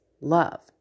love